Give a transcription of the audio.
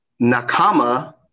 Nakama